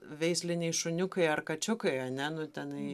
veisliniai šuniukai ar kačiukai ane nu tenai